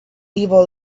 evil